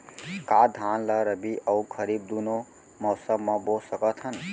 का धान ला रबि अऊ खरीफ दूनो मौसम मा बो सकत हन?